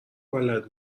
بلد